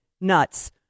nuts